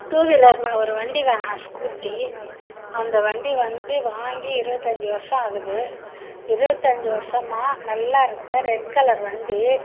two wheeler நான் ஒரு வண்டி வாங்கினேன் ஸ்கூட்டி அந்த வண்டி வந்து வாங்கி இருபத்தஞ்சி வருஷம் ஆகுது இருபத்தஞ்சி வருஷமாக நல்லா இருக்கு ரெட் கலர் வண்டி